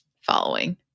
following